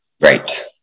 Right